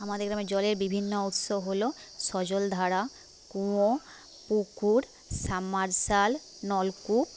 আমাদের গ্রামে জলের বিভিন্ন উৎস হলো সজলধারা কুয়ো পুকুর সাবমার্শাল নলকূপ